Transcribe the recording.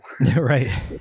Right